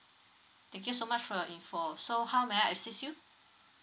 thank you so much for your info so how may I assist you